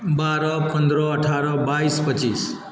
बारह पंद्रह अठारह बाईस पच्चीस